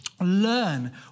learn